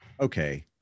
okay